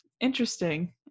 interesting